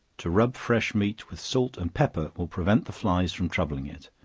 to rub fresh meat with salt and pepper will prevent the flies from troubling it,